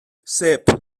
sep